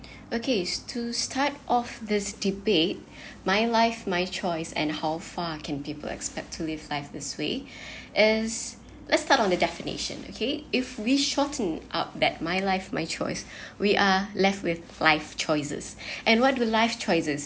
okay to start off this debate my life my choice and how far can people expect to live life this way as let's start on the definition okay if we shorten out that my life my choice we are left with life choices and what will life choices